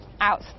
Out